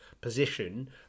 position